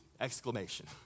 exclamation